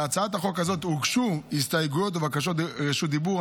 להצעת החוק הזאת הוגשו הסתייגויות ובקשות רשות דיבור.